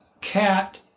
cat